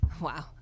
wow